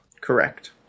Correct